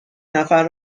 نفر